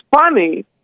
funny